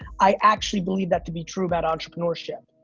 i actually believe that to be true about entrepreneurship.